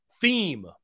theme